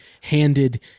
handed